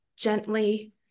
gently